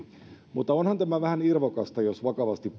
mutta onhan tämä vähän irvokasta jos vakavasti